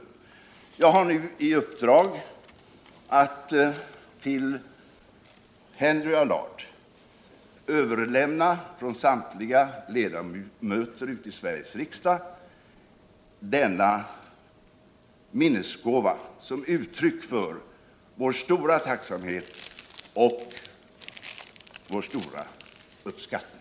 Jag har nu i uppdrag att till Henry Allard överlämna från samtliga ledamöter i Sveriges riksdag denna minnesgåva, som uttryck för vår stora tacksamhet och vår stora uppskattning.